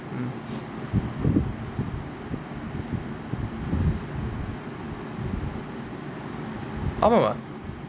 mm ஆமா ஆமா:aamaa aamaa